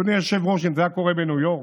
אדוני היושב-ראש, אם זה היה קורה בניו יורק